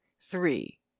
three